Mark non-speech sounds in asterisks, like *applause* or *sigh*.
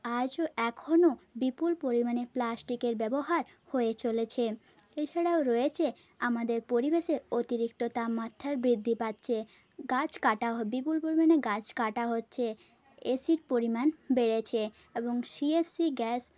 আজও এখনও বিপুল পরিমাণে প্লাস্টিকের ব্যবহার হয়ে চলেছে এছাড়াও রয়েছে আমাদের পরিবেশে অতিরিক্ত তাপমাত্রার বৃদ্ধি পাচ্ছে গাছ কাটা *unintelligible* বিপুল পরিমাণে গাছ কাটা হচ্ছে এসির পরিমাণ বেড়েছে এবং সি এফ সি গ্যাস